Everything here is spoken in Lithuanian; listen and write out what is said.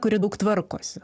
kuri daug tvarkosi